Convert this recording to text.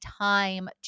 time